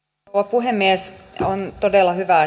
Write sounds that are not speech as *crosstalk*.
puhemies on todella hyvä *unintelligible*